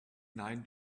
nine